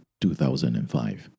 2005